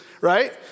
Right